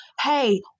hey